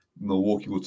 Milwaukee